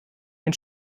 den